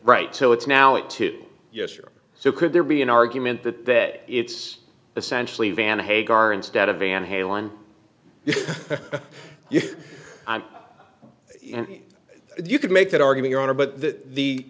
right so it's now it to yes or so could there be an argument that that it's essentially van hagar instead of van halen you you could make that argument